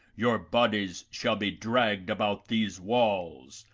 your bodies shall be dragged about these walls,